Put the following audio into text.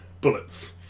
Bullets